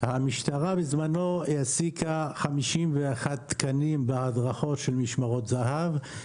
המשטרה בזמנו העסיקה 51 תקנים בהדרכות של משמרות זה"ב,